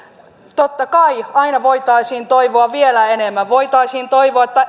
totta kai aina voitaisiin toivoa vielä enemmän ja voitaisiin toivoa että